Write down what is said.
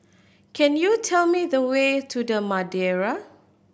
can you tell me the way to The Madeira